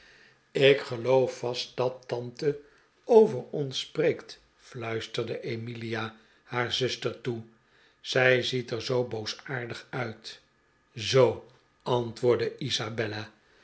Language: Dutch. ik geloof vast dat tante over ons spreekt fluisterde emilia haar zuster toe zij ziet er zoo boosaardig uit zoo antwoordde isabella